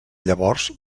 llavors